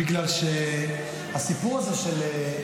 בגלל שהסיפור הזה של,